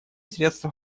средства